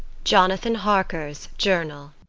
jonathan harker's journal.